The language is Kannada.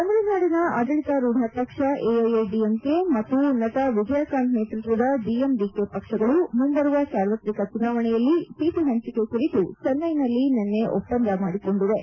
ತಮಿಳುನಾಡಿನ ಆಡಳಿತರೂಢ ಪಕ್ಷ ಎಐಎಡಿಎಂಕೆ ಮತ್ತು ನಟ ವಿಜಯಕಾಂತ್ ನೇತೃತ್ವದ ಡಿಎಂಡಿಕೆ ಪಕ್ಷಗಳು ಮುಂಬರುವ ಸಾರ್ವತ್ರಿಕ ಚುನಾವಣೆಯಲ್ಲಿ ಸೀಟು ಹಂಚಿಕೆ ಕುರಿತು ಚೆನ್ಟೈನಲ್ಲಿ ನಿನ್ನೆ ಒಪ್ಪಂದ ಮಾಡಿಕೊಂಡಿವೆ